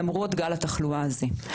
זאת למרות גל התחלואה הזה.